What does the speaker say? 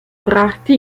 brachte